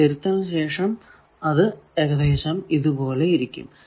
എന്നാൽ തിരുത്തലിനു ശേഷം അത് ഏകദേശം ഇതുപോലെ ഇരിക്കും